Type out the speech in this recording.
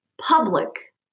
public